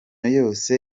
yose